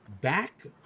back